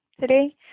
today